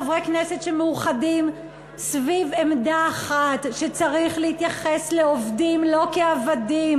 חברי כנסת שמאוחדים סביב עמדה אחת: שצריך להתייחס לעובדים לא כעבדים.